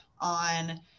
on